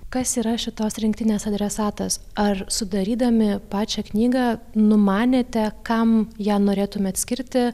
kas yra šitos rinktinės adresatas ar sudarydami pačią knygą numanėte kam ją norėtumėt skirti